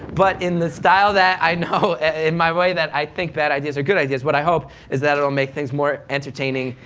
but in the style that i know and my way that i think bad ideas are good ideas, what i hope is that it will make things more entertaining,